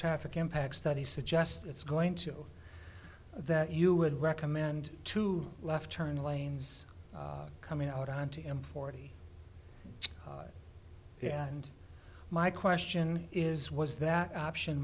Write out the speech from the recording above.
traffic impact studies suggest it's going to that you would recommend to left turn lanes coming out on t m forty yeah and my question is was that option